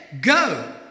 Go